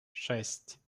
шесть